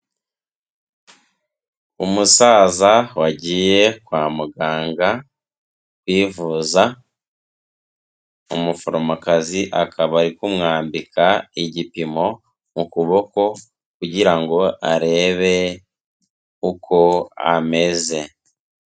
Umusaza wagiye kwa muganga yivuza, umuforomokazi akaba ari kumwambika igipimo mu kuboko, kugira ngo arebe uko ameze.